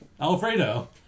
Alfredo